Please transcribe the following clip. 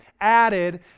added